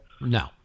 No